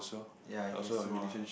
ya I guess so lah